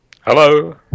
Hello